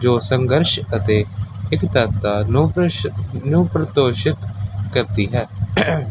ਜੋ ਸੰਘਰਸ਼ ਅਤੇ ਇਕਤਰਤਾ ਨੂੰ ਪ੍ਰਸ਼ੋ ਨੂੰ ਪ੍ਰਤੋਸ਼ਿਤ ਕਰਦੀ ਹੈ